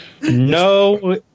No